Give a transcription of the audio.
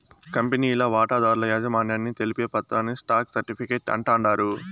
కంపెనీల వాటాదారుల యాజమాన్యాన్ని తెలిపే పత్రాని స్టాక్ సర్టిఫీకేట్ అంటాండారు